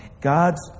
God's